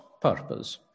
purpose